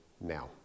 now